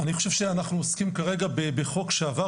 אני חושב שאנחנו עוסקים כרגע בחוק שעבר,